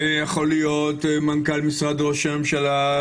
זה יכול להיות מנכ"ל משרד ראש הממשלה,